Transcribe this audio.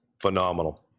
phenomenal